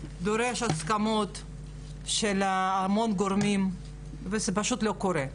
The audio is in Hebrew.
דורש הסכמות של המון גורמים וזה פשוט לא קורה.